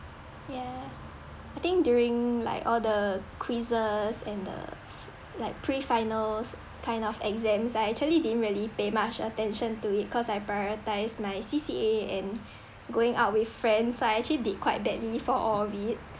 yeah I think during like all the quizzes and the like pre-finals kind of exams I actually didn't really pay much attention to it cause I prioritise my C_C_A and going out with friends so I actually did quite badly for all of it